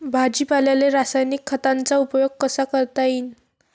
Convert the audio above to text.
भाजीपाल्याले रासायनिक खतांचा उपयोग कसा करता येईन?